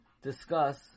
discuss